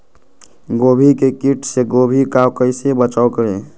गोभी के किट से गोभी का कैसे बचाव करें?